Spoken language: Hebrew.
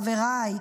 חבריי,